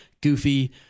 goofy